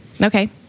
Okay